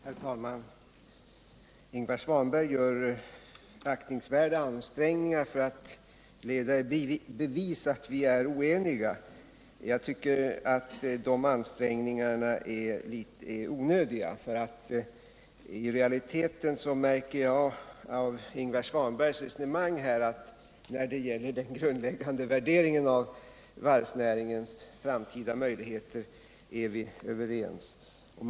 Herr talman! Ingvar Svanberg gör aktningsvärda ansträngningar för att leda i bevis att vi är oeniga, men jag tycker att dessa ansträngningar är onödiga, för jag märker av Ingvar Svanbergs resonemang att vi när det gäller den grundläggande värderingen av varvsnäringens framtida möjligheter är överens.